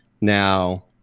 Now